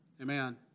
Amen